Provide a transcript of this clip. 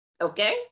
okay